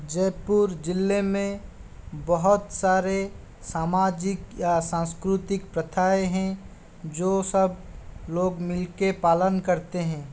जयपुर जिले में बहुत सारे सामाजिक या सांस्कृतिक प्रथाएं है जो सब लोग मिल के पालन करते है